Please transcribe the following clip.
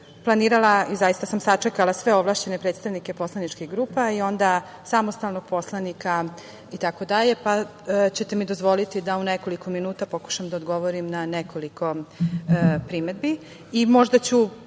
planirala i zaista sam sačekala sve ovlašćene predstavnike poslaničkih grupa i onda samostalnog poslanika itd, pa ćete mi dozvoliti da u nekoliko minuta pokušam da odgovorim na nekoliko primedbi